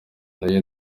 nayo